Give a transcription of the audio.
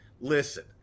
Listen